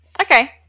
Okay